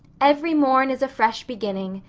every morn is a fresh beginning,